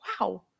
Wow